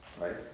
Right